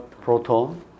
Proton